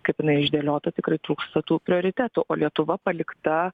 kaip jinai išdėliota tikrai trūksta tų prioritetų o lietuva palikta